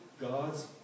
God's